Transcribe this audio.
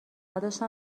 داشتم